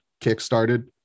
kickstarted